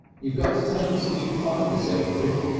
you got to take us as you find us, elfrid.